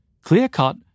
Clear-cut